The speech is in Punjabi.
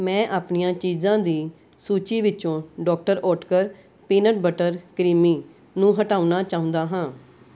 ਮੈਂ ਆਪਣੀਆਂ ਚੀਜ਼ਾਂ ਦੀ ਸੂਚੀ ਵਿੱਚੋਂ doctor Oetker peanut butter creamy ਨੂੰ ਹਟਾਉਣਾ ਚਾਹੁੰਦਾ ਹਾਂ